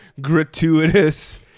gratuitous